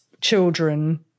children